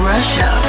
Russia